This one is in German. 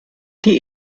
die